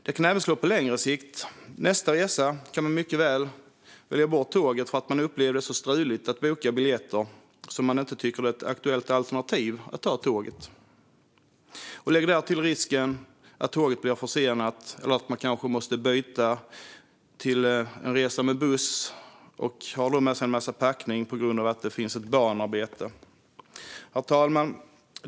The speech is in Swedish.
Det kan även slå på längre sikt: Vid nästa resa kan man mycket väl välja bort tåget för att man upplevde det som så struligt att boka biljetter att man inte tycker att det är ett aktuellt alternativ att ta tåget. Lägg därtill risken att tåget blir försenat eller att man kanske måste byta till en resa med buss - och då har med sig en massa packning - på grund av att det pågår ett banarbete. Herr talman!